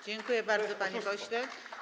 Dziękuję bardzo, panie pośle.